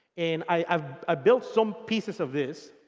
and i um ah built some pieces of this.